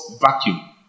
vacuum